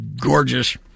gorgeous